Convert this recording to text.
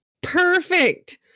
perfect